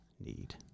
need